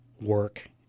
work